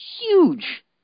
huge